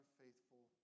faithful